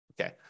Okay